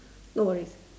no worries